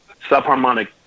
subharmonic